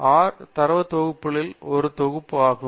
R தரவுத் தொகுப்புகள் ஒரு தொகுப்பு ஆகும்